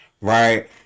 right